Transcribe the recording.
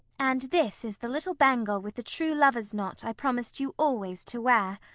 and this is the little bangle with the true lover's knot i promised you always to wear.